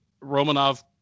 Romanov